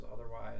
otherwise